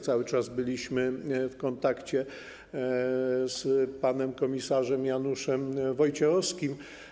Cały czas byliśmy w kontakcie z panem komisarzem Januszem Wojciechowskim.